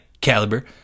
caliber